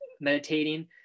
meditating